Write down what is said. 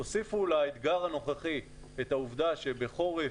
תוסיפו לאתגר הנוכחי את העובדה שבחורף